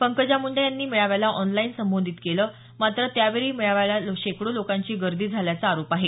पंकजा मुंडे यांनी मेळाव्याला ऑनलाईन संबोधित केलं मात्र त्यावेळी मेळाव्याला शेकडो लोकांची गर्दी झाल्याचा आरोप आहे